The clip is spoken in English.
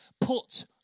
put